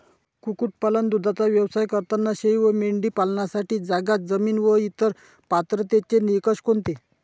कुक्कुटपालन, दूधाचा व्यवसाय करताना शेळी व मेंढी पालनासाठी जागा, जमीन व इतर पात्रतेचे निकष कोणते?